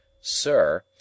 sir